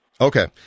Okay